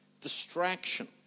distraction